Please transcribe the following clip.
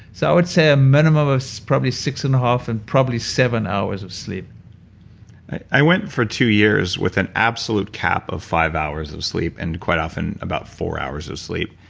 so i would say a minimum of so probably six and a half and probably seven hours of sleep i went for two years with an absolute cap of five hours of sleep and quite often about four hours of sleep.